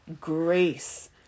grace